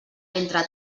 entre